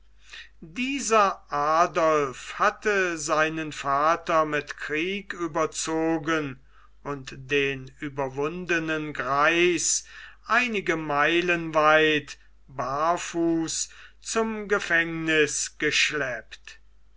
dieser adolph hatte seinen vater mit krieg überzogen und den überwundenen greis einige meilen weit barfuß zum gefängniß geschleppt